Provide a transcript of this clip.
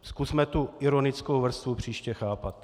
Zkusme tu ironickou vrstvu příště chápat.